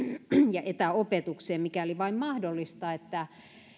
ja etäopetukseen mikäli vain mahdollista